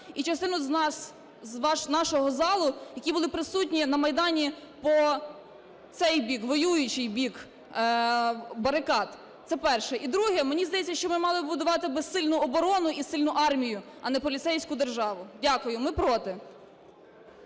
і частину з нашого залу, які були присутні на Майдані по цей бік, воюючий, бік барикад. Це перше. І друге. Мені здається, що ми мали би будувати сильну оборону і сильну армію, а не поліцейську державу. Дякую. Ми проти.